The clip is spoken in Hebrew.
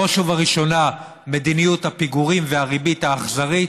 בראש ובראשונה מדיניות הפיגורים והריבית האכזרית,